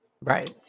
Right